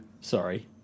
Sorry